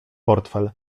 portfel